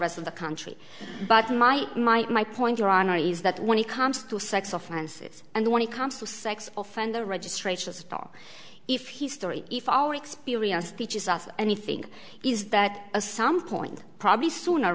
rest of the country but might might my point your honor is that when it comes to sex offenses and when it comes to sex offender registration still if he story if our experience teaches us anything is that a some point probably sooner